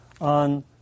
on